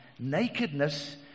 Nakedness